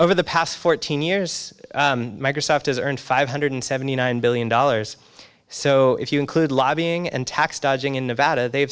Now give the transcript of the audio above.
over the past fourteen years microsoft has earned five hundred seventy nine billion dollars so if you include lobbying and tax dodging in nevada they've